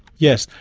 yes.